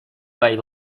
play